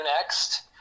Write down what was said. next